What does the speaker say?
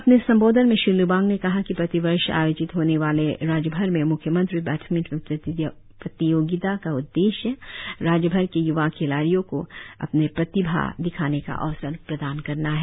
अपने संबोधन में श्री लिबांग ने कहा कि प्रतिवर्ष आयोजित होने वाले राज्यभर में म्ख्यमंत्री बैडमिंटन प्रतियोगिता का उद्देश्य राज्यभर के य्वा खिलाड़ियों को अपने प्रतिभा दिखाने का अवसर प्रदान करना है